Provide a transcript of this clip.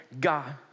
God